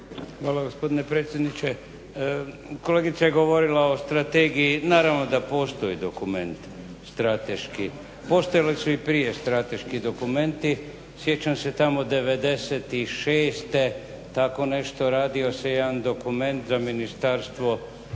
Hvala gospodine predsjedniče. Kolegica je govorila o strategiji, naravno da postoji dokument strateški, postojali su i prije strateški dokumenti. Sjećam se tamo '96. tako nešto radio se jedan dokument za Ministarstvo